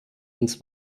ins